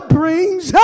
brings